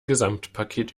gesamtpaket